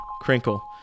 crinkle